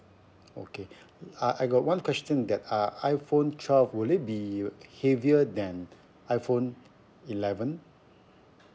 okay I I got one question that uh iphone twelve will it be heavier than iphone eleven